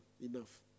enough